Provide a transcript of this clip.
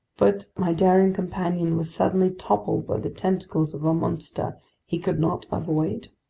but my daring companion was suddenly toppled by the tentacles of a monster he could not avoid.